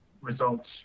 results